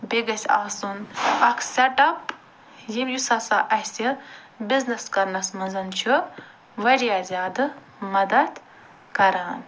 بیٚیہِ گَژھہِ آسُن اَکھ سیٚٹ اَپ ییٚمہِ یُس ہَسا اسہِ بِزنیٚس کرنَس منٛز چھُ وارِیاہ زیادٕ مدد کَران